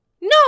no